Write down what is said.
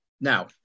Now